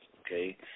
okay